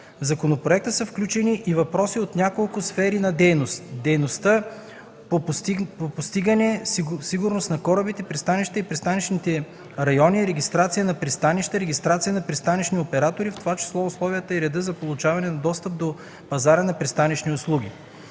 В законопроекта са включени и въпроси от няколко сфери на дейност – дейността по постигане на сигурност на корабите, пристанищата и пристанищните райони, регистрацията на пристанища, регистрацията на пристанищни оператори, в това число условията и редът за получаване на достъп до пазара на пристанищни услуги.